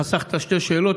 חסכת שתי שאלות.